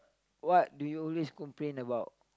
what do you always complain about